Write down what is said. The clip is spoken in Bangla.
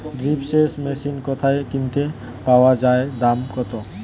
ড্রিপ সেচ মেশিন কোথায় কিনতে পাওয়া যায় দাম কত?